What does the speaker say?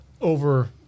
over